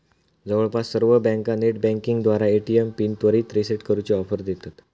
जवळपास सर्व बँका नेटबँकिंगद्वारा ए.टी.एम पिन त्वरित रीसेट करूची ऑफर देतत